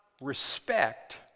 respect